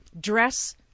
dress